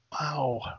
Wow